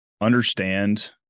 understand